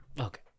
Okay